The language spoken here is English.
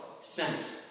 Sent